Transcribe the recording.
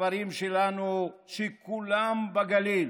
הכפרים שלנו, שכולם בגליל,